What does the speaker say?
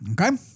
okay